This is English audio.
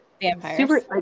Vampires